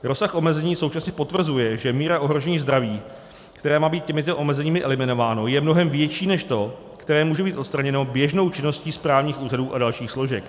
Rozsah omezení současně potvrzuje, že míra ohrožení zdraví, které má být těmito omezeními eliminováno, je mnohem větší než to, které může být odstraněno běžnou činností správních úřadů a dalších složek.